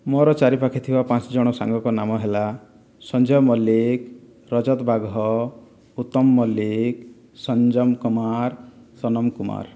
ମୋର ଚାରି ପାଖେ ଥିବା ପାଞ୍ଚ ଜଣ ସାଙ୍ଗଙ୍କ ନାମ ହେଲା ସଞ୍ଜୟ ମଲ୍ଲିକ ରଜତ ବାଘ ଉତ୍ତମ ମଲ୍ଲିକ ସଂଯମ କୁମାର ସନମ କୁମାର